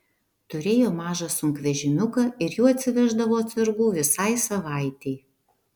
turėjo mažą sunkvežimiuką ir juo atsiveždavo atsargų visai savaitei